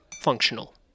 functional